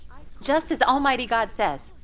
just as almighty god says,